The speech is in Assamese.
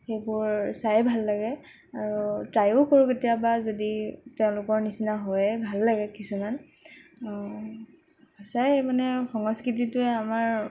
সেইবোৰ চায়েই ভাল লাগে আৰু ট্ৰাইও কৰো কেতিয়াবা যদি তেওঁলোকৰ নিচিনা হৈয়ে ভাল লাগে কিছুমান সঁচাই মানে সংস্কৃতিটোৱে মানে আমাৰ